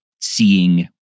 seeing